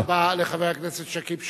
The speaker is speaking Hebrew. תודה רבה לחבר הכנסת שכיב שנאן.